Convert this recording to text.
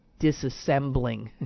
disassembling